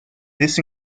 this